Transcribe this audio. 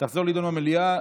תחזור להידון במליאה,